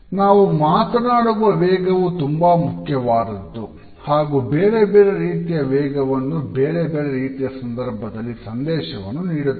ನಾವು ಮಾತನಾಡುವ ವೇಗವು ತುಂಬಾ ಮುಖ್ಯವಾದ್ದದ್ದು ಹಾಗೂ ಬೇರೆ ಬೇರೆ ರೀತಿಯ ವೇಗವನ್ನು ಬೇರೆ ಬೇರೆ ರೀತಿಯ ಸಂದರ್ಭದಲ್ಲಿ ಸಂದೇಶವನ್ನು ನೀಡುತ್ತೇವೆ